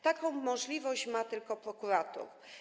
Taką możliwość ma tylko prokurator.